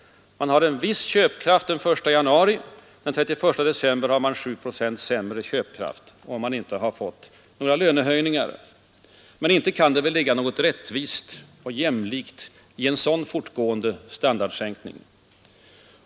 Man har en viss köpkraft den 1 januari. Den 31 december samma år har man 7 procent sämre köpkraft om man inte har fått några löneförhöjningar. Inte kan det väl ligga något rättvist eller jämlikt i en sådan fortgående standardsänkning.